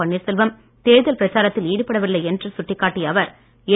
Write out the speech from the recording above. பன்னீர்செல்வம் தேர்தல் பிரச்சாரத்தில் ஈடுபடவில்லை என்று சுட்டிக்காட்டிய அவர் என்